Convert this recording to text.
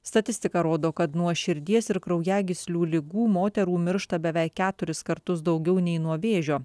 statistika rodo kad nuo širdies ir kraujagyslių ligų moterų miršta beveik keturis kartus daugiau nei nuo vėžio